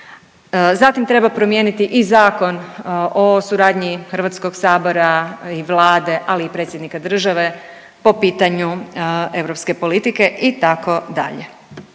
Zatim treba promijeniti i Zakon o suradnji HS i Vlade, ali i predsjednika države po pitanju europske politike itd..